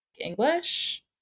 English